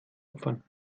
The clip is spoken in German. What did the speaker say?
opfern